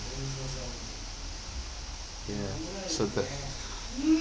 ya so that